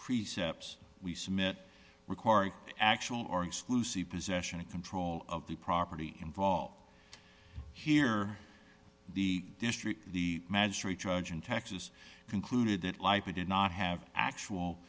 precepts we submit require actual or exclusive possession of control of the property involved here the district the magistrate judge in texas concluded that lipid did not have actual